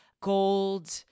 gold